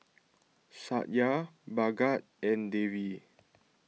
Satya Bhagat and Devi